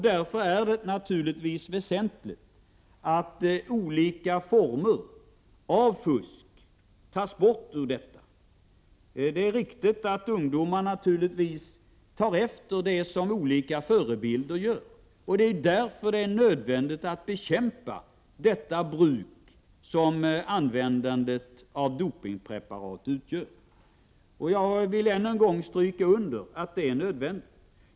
Därför är det naturligtvis väsentligt att fusk i olika former tas bort från idrotten. Det är riktigt att ungdomarna naturligtvis tar efter sina förebilder. Därför är det nödvändigt att bekämpa det bruk som användandet av dopingpreparat 87 utgör. Jag vill än en gång understryka att detta är nödvändigt.